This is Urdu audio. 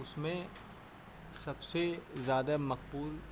اس میں سب سے زیادہ مقبول